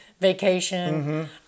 Vacation